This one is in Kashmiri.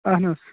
اَہَن حظ